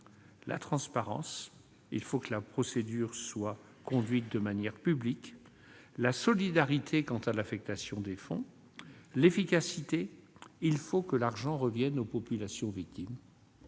la transparence- la procédure doit être conduite de manière publique ; la solidarité quant à l'affectation des fonds ; l'efficacité- il faut que l'argent revienne aux populations victimes